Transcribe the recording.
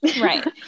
Right